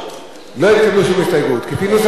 לא התקבלה שום הסתייגות, כפי נוסח הוועדה.